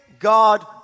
God